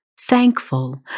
thankful